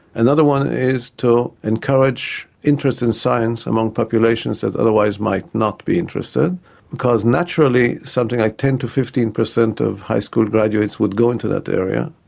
another one is to encourage interest in science among populations that otherwise might not be interested because naturally something like ten percent to fifteen percent of high school graduates would go into that area,